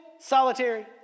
solitary